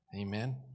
Amen